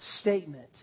statement